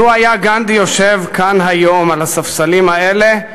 לו היה גנדי יושב כאן היום על הספסלים האלה,